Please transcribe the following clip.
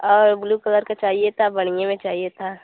और blue colour का चाहिए था बढ़ियें में चाहिए था